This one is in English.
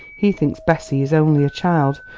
he thinks bessie is only a child,